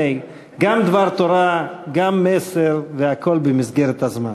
הנה, גם דבר תורה, גם מסר, והכול במסגרת הזמן.